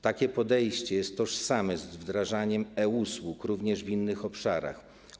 Takie podejście jest tożsame z wdrażaniem e-usług również w innych obszarach.